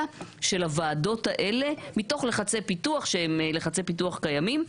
של הוועדות האלה מתוך לחצי פיתוח שהם לחצי פיתוח קיימים,